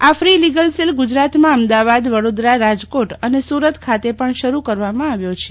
આ fee legal cell ગુજરાતમાં અમદાવાદ વડોદરા રાજકોટ અને સુરત ખાતે પણ શરૂ કરવામાં આવ્યો છે